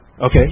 Okay